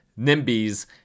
NIMBYs